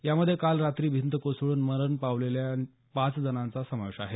यामध्ये काल रात्री भिंत कोसळून मरण पावलेल्या पाच जणांचाही समावेश आहे